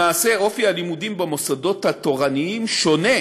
למעשה, אופי הלימודים במוסדות התורניים שונה